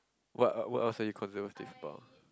what what else are you conservative about